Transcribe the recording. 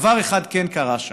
דבר אחד כן קרה שם,